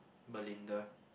Belinda